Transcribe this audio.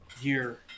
year